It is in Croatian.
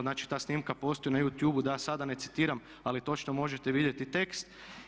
Znači ta snimka postoji na Youtube-u da sada ne citiram, ali točno možete vidjeti tekst.